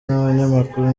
n’abanyamakuru